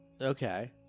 Okay